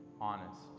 honest